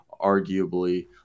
arguably